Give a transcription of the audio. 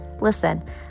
Listen